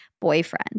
boyfriend